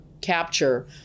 capture